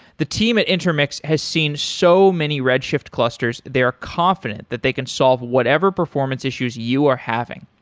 the team at intermix has seen so many red shift clusters that they are confident that they can solve whatever performance issues you are having.